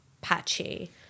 patchy